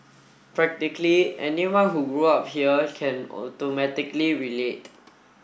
practically anyone who grew up here can automatically relate